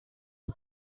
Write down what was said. are